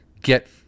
get